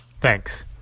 Thanks